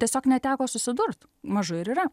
tiesiog neteko susidurt mažu ir yra